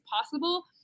possible